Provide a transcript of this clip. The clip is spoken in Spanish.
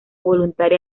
voluntaria